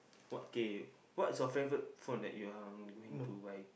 what K what's your favourite phone that you are going to buy